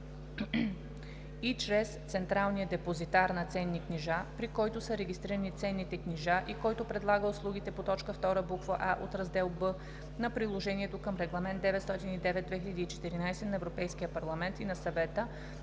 и чрез централния депозитар на ценни книжа, при който са регистрирани ценните книжа и който предлага услугите по т. 2, буква „а“ от раздел „Б“ на приложението към Регламент (ЕС) № 909/2014 на Европейския парламент и на Съвета